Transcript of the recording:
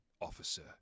officer